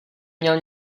měl